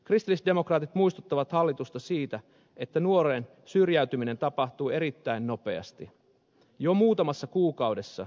kristillisdemokraatit muistuttavat hallitusta siitä että nuoren syrjäytyminen tapahtuu erittäin nopeasti jo muutamassa kuukaudessa